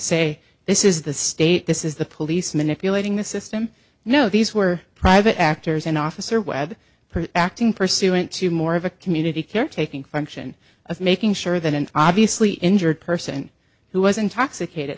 say this is the state this is the police manipulating the system no these were private actors and officer webb acting pursuant to more of a community caretaking function of making sure than an obviously injured person who was intoxicated